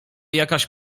jakaś